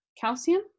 calcium